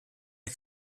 der